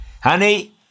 Honey